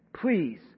Please